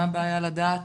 מה הבעיה לדעת.